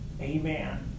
Amen